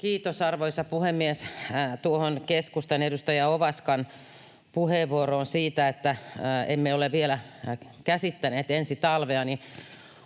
Kiitos, arvoisa puhemies! Tuohon keskustan edustaja Ovaskan puheenvuoroon siitä, että emme ole vielä käsittäneet ensi talvea.